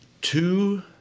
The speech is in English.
Two